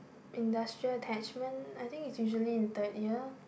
industrial attachment I think is usually in third year